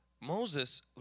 Moses